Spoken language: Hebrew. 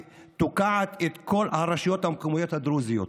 שתוקעת את כל הרשויות המקומיות הדרוזיות,